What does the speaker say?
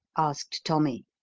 asked tommy.